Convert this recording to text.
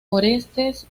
orestes